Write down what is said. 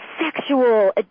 sexual